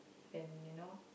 and you know